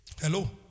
Hello